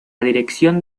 dirección